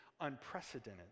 unprecedented